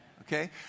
Okay